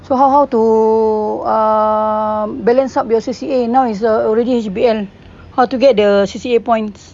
so how how to um a balance up your C_C_A now is already H_B_L how to get the C_C_A points